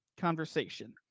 conversation